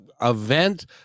event